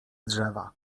drzewa